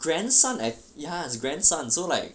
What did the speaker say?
grandson eh grandson so like